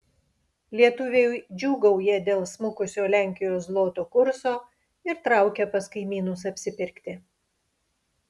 lietuviai džiūgauja dėl smukusio lenkijos zloto kurso ir traukia pas kaimynus apsipirkti